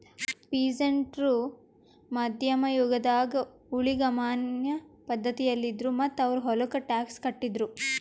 peasant ರು ಮಧ್ಯಮ್ ಯುಗದಾಗ್ ಊಳಿಗಮಾನ್ಯ ಪಧ್ಧತಿಯಲ್ಲಿದ್ರು ಮತ್ತ್ ಅವ್ರ್ ಹೊಲಕ್ಕ ಟ್ಯಾಕ್ಸ್ ಕಟ್ಟಿದ್ರು